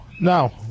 no